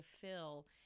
fill